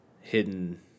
Hidden